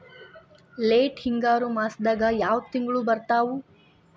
Late ಹಿಂಗಾರು ಮಾಸದಾಗ ಯಾವ್ ತಿಂಗ್ಳು ಬರ್ತಾವು?